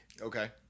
okay